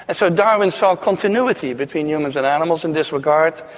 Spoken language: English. and so darwin saw continuity between humans and animals in this regard,